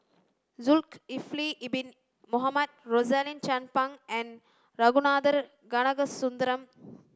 Zulkifli Bin Mohamed Rosaline Chan Pang and Ragunathar Kanagasuntheram